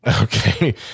okay